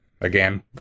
again